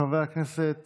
חבר הכנסת